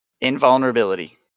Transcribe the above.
Invulnerability